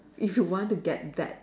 if you want to get that